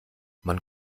man